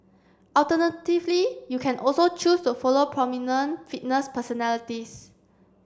alternatively you can also choose to follow prominent fitness personalities